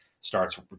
starts